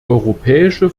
europäische